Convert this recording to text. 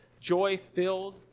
joy-filled